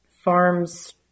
farms